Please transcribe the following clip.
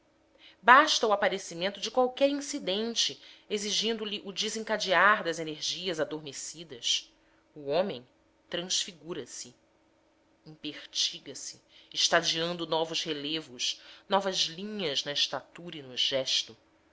basta o aparecimento de qualquer incidente exigindo lhe o desencadear das energias ador mecidas o homem transfigura se empertiga se estadeando novos relevos novas linhas na estatura e no gesto